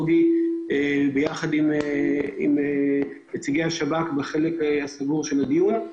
ביחד עם נציגי השב"כ בחלק הסגור של הדיון.